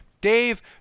Dave